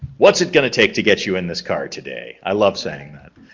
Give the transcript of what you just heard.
what's it gonna take to get you in this car today? i love saying that.